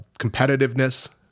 competitiveness